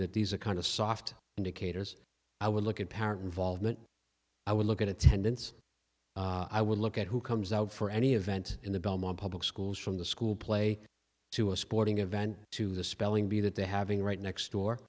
that these are kind of soft indicators i would look at parent involvement i would look at attendance i would look at who comes out for any event in the belmont public schools from the school play to a sporting event to the spelling bee that they having right next door